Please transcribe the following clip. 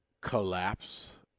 collapse